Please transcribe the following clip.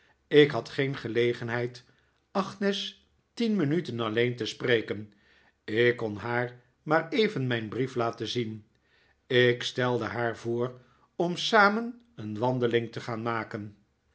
ik had geen gelegenheid agnes tien minuten alleen te spreken ik kon haar maar even mijn brief laten zien ik stelde haar voor om samen een wandeling te gaan maken